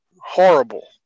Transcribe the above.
horrible